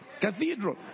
Cathedral